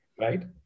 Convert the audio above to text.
right